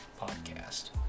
podcast